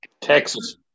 Texas